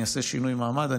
אני אעשה שינוי מעמד,